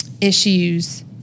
issues